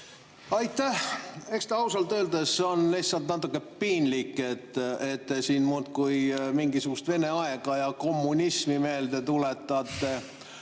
Aitäh! Eks ausalt öeldes on lihtsalt natukene piinlik, et te siin muudkui mingisugust Vene aega ja kommunismi meelde tuletate.